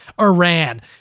Iran